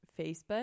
Facebook